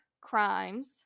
crimes